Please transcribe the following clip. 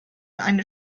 eine